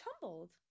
tumbled